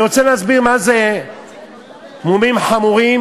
אני רוצה להסביר מה זה מומים חמורים,